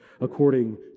according